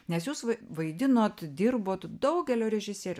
nes jūs vai vaidinot dirbot daugelio režisierių